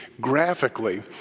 graphically